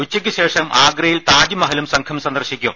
ഉച്ചയ്ക്കുശേഷം ആഗ്രയിൽ താജ്മ ഹലും സംഘം സന്ദർശിക്കും